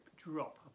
drop